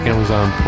Amazon